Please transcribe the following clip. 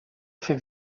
fer